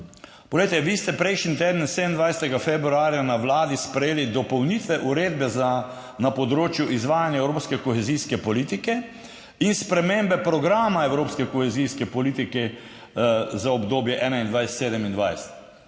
poglejte, vi ste prejšnji teden, 27. februarja, na Vladi sprejeli dopolnitve Uredbe na področju izvajanja evropske kohezijske politike in spremembe Programa evropske kohezijske politike za obdobje 2021–2027.